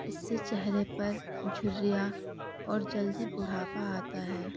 اس سے چہرے پر جھریاں اور جلدی بڑھاپا آتا ہے